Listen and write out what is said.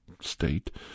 state